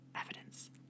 Evidence